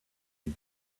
you